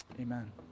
amen